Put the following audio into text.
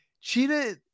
Cheetah